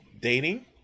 dating